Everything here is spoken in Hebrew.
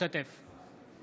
משתתף